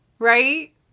Right